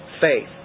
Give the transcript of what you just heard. faith